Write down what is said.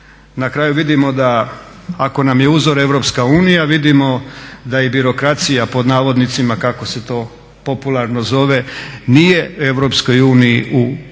Na kraju vidimo da ako nam je uzor Europska unija vidimo da i birokracija pod navodnicima, kako se to popularno zove, nije u Europskoj uniji u